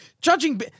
Judging